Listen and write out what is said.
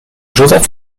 joseph